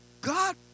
God